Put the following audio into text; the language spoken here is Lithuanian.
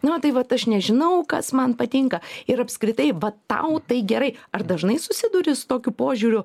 na tai vat aš nežinau kas man patinka ir apskritai vat tau tai gerai ar dažnai susiduri su tokiu požiūriu